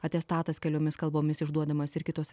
atestatas keliomis kalbomis išduodamas ir kitose